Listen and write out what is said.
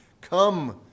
come